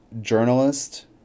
journalist